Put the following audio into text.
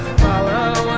follow